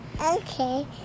Okay